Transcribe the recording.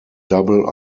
double